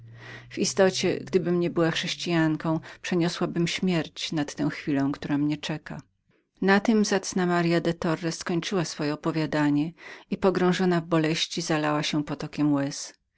w istocie gdybym nie była chrześcijanką przeniosłabym śmierć nad tę chwilę która mnie czeka na tem zacna marya de torres skończyła swoje opowiadanie i pogrążona w boleści zalała się